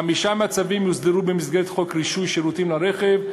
חמישה מהצווים יוסדרו במסגרת חוק רישוי שירותים לרכב,